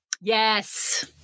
Yes